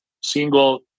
single